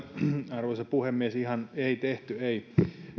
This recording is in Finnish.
arvoisa puhemies ihan ei tehty ei